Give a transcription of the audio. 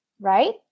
right